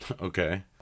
Okay